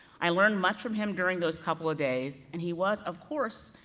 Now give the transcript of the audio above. i learned much from him during those couple of days, and he was of course,